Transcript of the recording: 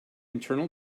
internal